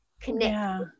connect